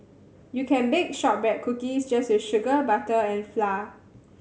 you can bake shortbread cookies just with sugar butter and flour